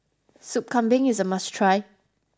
Sop Kambing is a must try